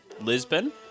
Lisbon